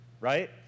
right